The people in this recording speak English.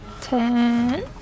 Ten